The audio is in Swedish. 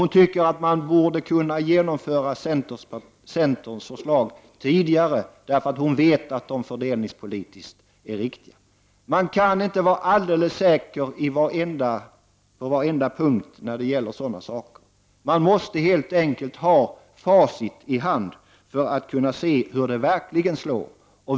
Hon tycker att man borde kunna genomföra centerns förslag tidigare, och hon säger sig veta att dess fördelningspolitiska effekter är riktiga. Man kan inte vara alldeles säker på varenda punkt när det gäller sådana saker. Man måste helt enkelt ha facit i hand för att se hur det verkligen slår.